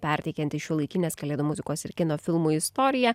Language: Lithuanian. perteikiantys šiuolaikinės kalėdų muzikos ir kino filmų istoriją